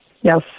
Yes